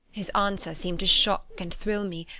his answer seemed to shock and thrill me,